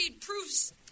proves